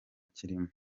kirimo